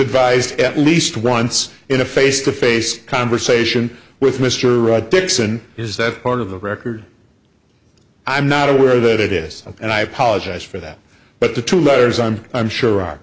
advised at least once in a face to face conversation with mr rudd dixon is that part of the record i'm not aware that it is and i apologize for that but the two letters i'm i'm sure